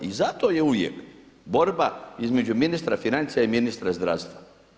I zato je uvijek borba između ministra financija i ministra zdravstva.